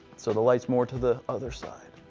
so, the light is more to the other side.